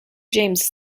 james